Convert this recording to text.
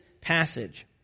passage